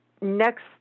next